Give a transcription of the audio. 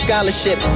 Scholarship